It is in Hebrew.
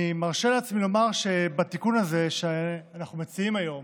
אני מרשה לעצמי לומר שבתיקון הזה שאנחנו מציעים היום,